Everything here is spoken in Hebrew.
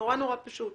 נורא נורא פשוט.